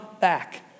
back